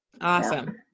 awesome